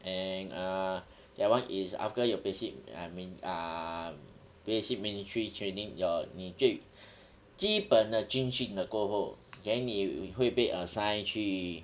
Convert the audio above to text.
and err that one is after your basic I mean uh basic military training your 你最基本的军训的过后 then 你会被 assign 去